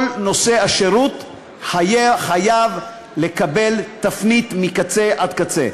כל נושא השירות חייב לקבל תפנית מקצה עד קצה.